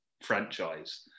franchise